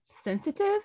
sensitive